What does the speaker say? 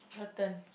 your turn